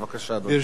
בבקשה, אדוני.